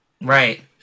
Right